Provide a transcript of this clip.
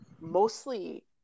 mostly